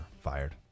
Fired